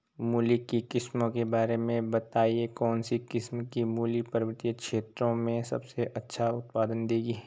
मूली की किस्मों के बारे में बताइये कौन सी किस्म की मूली पर्वतीय क्षेत्रों में सबसे अच्छा उत्पादन देंगी?